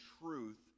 truth